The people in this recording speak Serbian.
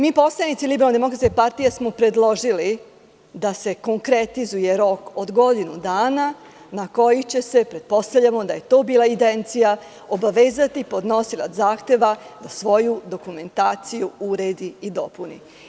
Mi poslanici LDP smo predložili da se konkretizuje rok od godinu dana na koji će se, pretpostavljamo da je to bila intencija, obavezati podnosilac zahteva da svoju dokumentaciju uredi i dopuni.